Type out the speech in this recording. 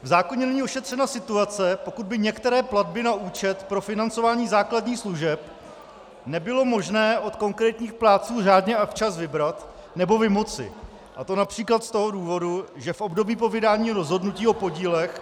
V zákoně není ošetřena situace, pokud by některé platby na účet pro financování základních služeb nebylo možné od konkrétních plátců řádně a včas vybrat nebo vymoci, a to například z toho důvodů, že v období po vydání rozhodnutí o podílech